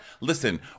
Listen